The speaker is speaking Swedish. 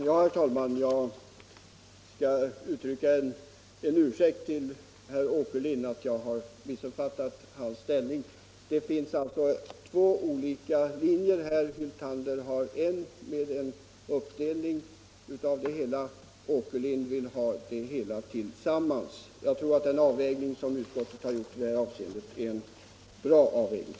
Herr talman! Jag framför min ursäkt till herr Åkerlind för att jag tilldelade honom åsikter som han inte har. Det finns emellertid två olika linjer här: herr Hyltanders, som pläderar för en uppdelning av anslaget, och herr Åkerlinds, som innebär en gemensam pott. Jag tror att den avvägning som regering och utskott har gjort i detta avseende är en bra avvägning.